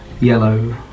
yellow